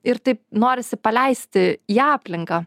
ir taip norisi paleisti į aplinką